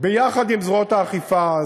ביחד עם זרועות האכיפה,